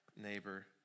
neighbor